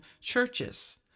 churches